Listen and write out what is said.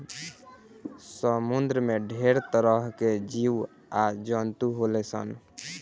समुंद्र में ढेरे तरह के जीव आ जंतु होले सन